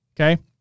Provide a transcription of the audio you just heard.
Okay